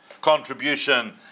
contribution